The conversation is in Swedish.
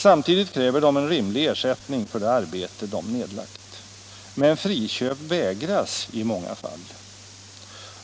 Samtidigt kräver de en rimlig ersättning för det arbete de nedlagt. Men friköp vägras i många fall.